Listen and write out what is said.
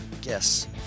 guess